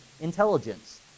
intelligence